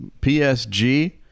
PSG